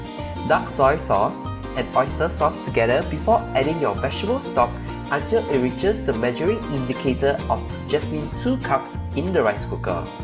dark soy sauce and oyster sauce together before adding your vegetable stock until it reaches the measuring indicator of just two cups in the rice cooker